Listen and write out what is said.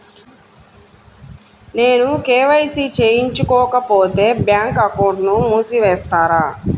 నేను కే.వై.సి చేయించుకోకపోతే బ్యాంక్ అకౌంట్ను మూసివేస్తారా?